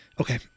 Okay